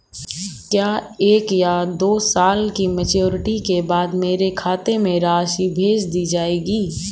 क्या एक या दो साल की मैच्योरिटी के बाद मेरे खाते में राशि भेज दी जाएगी?